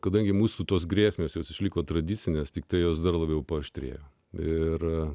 kadangi mūsų tos grėsmės jos išliko tradicinės tiktai jos dar labiau paaštrėjo ir